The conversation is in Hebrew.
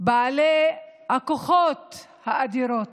"בעלי הכוחות האדירים".